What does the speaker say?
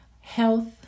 health